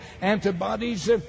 antibodies